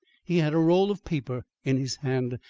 he had a roll of paper in his hand,